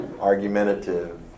Argumentative